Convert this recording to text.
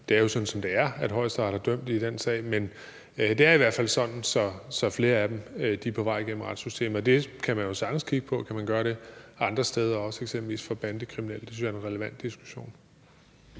det er jo sådan, som det er – har Højesteret dømt i den ene sag, men det er i hvert fald sådan, at flere af dem er på vej igennem retssystemet, og det kan man jo sagtens kigge på: Kunne man også gøre det andre steder, eksempelvis for bandekriminelle? Det synes jeg er en relevant diskussion.